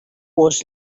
was